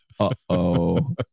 uh-oh